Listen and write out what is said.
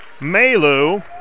Malu